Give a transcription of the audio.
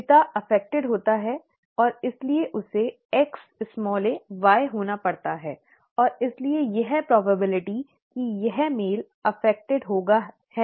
पिता प्रभावित होता है और इसलिए उसे XaY होना पड़ता है और इसलिए यह संभावना कि यह पुरुष प्रभावित होगा है